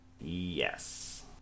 Yes